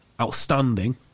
outstanding